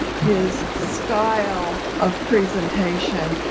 his style of presentation.